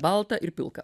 balta ir pilka